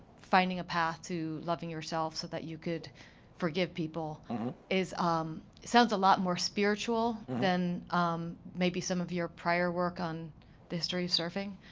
finding a path to loving yourself so that you could forgive people um sounds a lot more spiritual than maybe some of your prior work on the history of surfing.